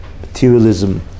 materialism